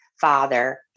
father